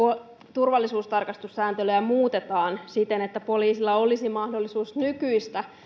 turvallisuustarkastussääntelyä muutetaan siten että poliisilla olisi mahdollisuus nykyistä